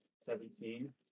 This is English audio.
seventeen